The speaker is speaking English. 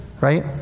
right